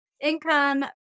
income